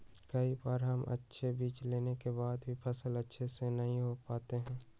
कई बार हम अच्छे बीज लेने के बाद भी फसल अच्छे से नहीं हो पाते हैं?